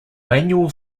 manual